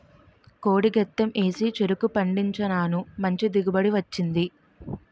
కోడి గెత్తెం ఏసి చెరుకు పండించినాను మంచి దిగుబడి వచ్చింది